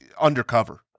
undercover